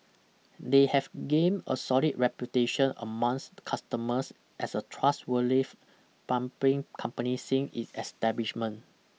they have gained a solid reputation amongst customers as a trustworthy plumbing company since its establishment